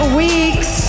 weeks